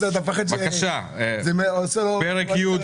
פרק י',